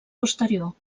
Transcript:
posterior